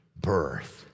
birth